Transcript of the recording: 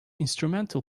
instrumental